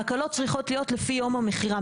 ההקלות צריכות להיות לפי יום המכירה,